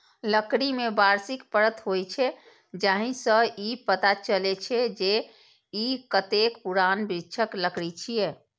लकड़ी मे वार्षिक परत होइ छै, जाहि सं ई पता चलै छै, जे ई कतेक पुरान वृक्षक लकड़ी छियै